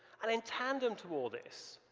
and in tandem to all this,